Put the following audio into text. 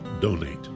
donate